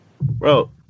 Bro